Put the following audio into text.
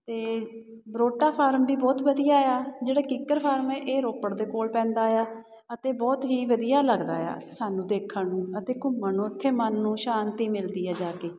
ਅਤੇ ਬਰੋਟਾ ਫਾਰਮ ਵੀ ਬਹੁਤ ਵਧੀਆ ਏ ਆ ਜਿਹੜਾ ਕਿੱਕਰ ਫਾਰਮ ਏ ਇਹ ਰੋਪੜ ਦੇ ਕੋਲ ਪੈਂਦਾ ਏ ਆ ਅਤੇ ਬਹੁਤ ਹੀ ਵਧੀਆ ਲੱਗਦਾ ਆ ਸਾਨੂੰ ਦੇਖਣ ਨੂੰ ਅਤੇ ਘੁੰਮਣ ਨੂੰ ਉੱਥੇ ਮਨ ਨੂੰ ਸ਼ਾਂਤੀ ਮਿਲਦੀ ਆ ਜਾ ਕੇ